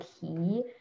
key